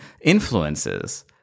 influences